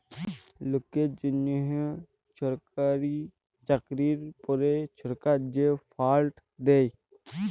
লকের জ্যনহ ছরকারি চাকরির পরে ছরকার যে ফাল্ড দ্যায়